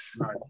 Nice